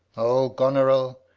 o goneril,